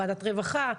ועדת הרווחה,